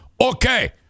okay